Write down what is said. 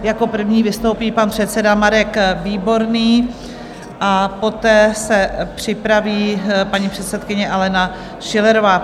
Jako první vystoupí pan předseda Marek Výborný, poté se připraví paní předsedkyně Alena Schillerová.